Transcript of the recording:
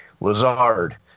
Lazard